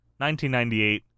1998